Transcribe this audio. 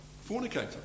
fornicator